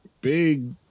big